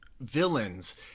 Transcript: villains